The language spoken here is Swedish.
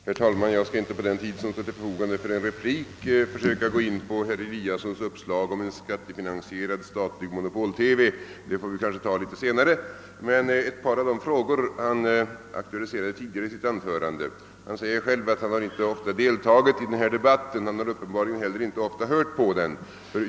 Herr talman! Jag skall inte med den tid som står till förfogande för en replik försöka gå in på herr Eliassons uppslag om en skattefinansierad statlig monopol-TV. Det får vi kanske ta litet senare, men däremot vill jag beröra ett par av de frågor han aktualiserade tidigare i sitt anförande. Han säger själv att han inte ofta har deltagit i denna debatt. Han har uppenbarligen inte heller ofta hört på den.